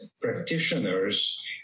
practitioners